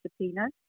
subpoenas